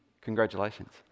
congratulations